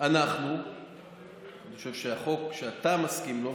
אנחנו אני חושב שהחוק שאתה מסכים לו,